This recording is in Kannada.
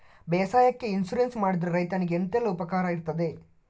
ಬೇಸಾಯಕ್ಕೆ ಇನ್ಸೂರೆನ್ಸ್ ಮಾಡಿದ್ರೆ ರೈತನಿಗೆ ಎಂತೆಲ್ಲ ಉಪಕಾರ ಇರ್ತದೆ?